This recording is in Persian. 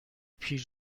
پیر